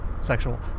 sexual